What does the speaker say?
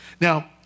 Now